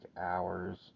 hours